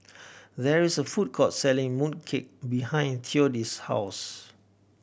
there is a food court selling mooncake behind Theodis' house